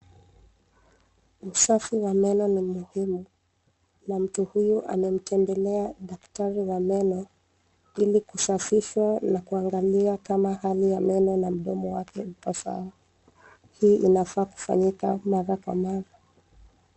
Usafi wa meno ni muhimu na mtu huyu amemtembelea daktari wa meno ili kusafishwa na kuangalia kama hali ya meno na mdomo wake iko sawa. Hii inafaa kufanyika mara kwa mara.